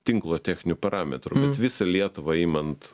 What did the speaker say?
tinklo techninių parametrų bet visą lietuvą imant